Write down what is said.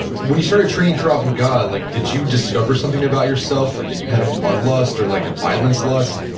when you started training krav maga, like did you discover something about yourself, like that you had a blood lust or like a violence lust?